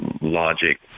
logic